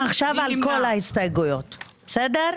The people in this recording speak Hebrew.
הצבעה ההסתייגות לא נתקבלה ההסתייגות לא התקבלה.